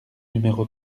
numéro